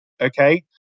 okay